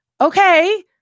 Okay